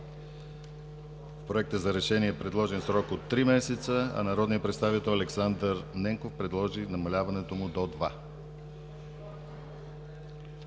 В Проекта за решение е предложен срок от три месеца, а народният представител Александър Ненков предложи намаляването му до